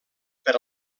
per